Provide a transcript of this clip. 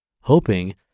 hoping